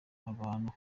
abantu